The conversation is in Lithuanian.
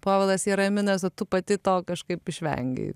povilas jaraminas o tu pati to kažkaip išvengei